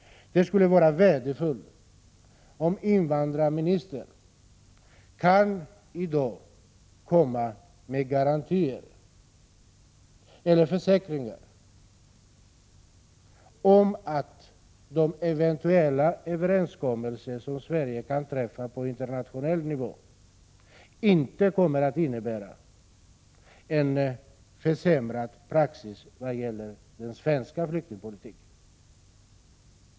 Det skulle vara värdefullt om invandrarministern i dag kan komma med garantier eller försäkringar om att de eventuella överenskommelser som Sverige kan komma att träffa på internationell nivå inte kommer att innebära en försämrad praxis vad gäller den svenska flyktingpolitiken.